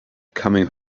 coming